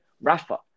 Rafa